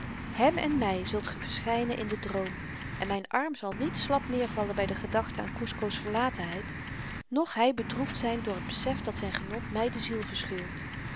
hem en my zult ge verschynen in den droom en myn arm zal niet slap nêervallen by de gedachte aan kusco's verlatenheid noch hy bedroefd zyn door t besef dat zyn genot my de ziel verscheurt